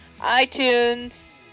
iTunes